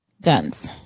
guns